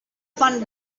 funded